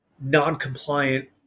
non-compliant